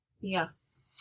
Yes